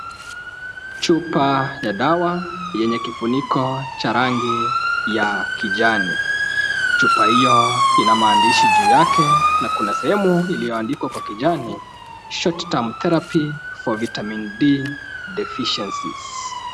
Chupa ya dawa yenye kifuniko cha rangi ya kijani. Chupa hiyo ina maandishi juu yake na kuna sehemu iliyoandikwa kwa kijani short term therapy for vitamin D deficiencies .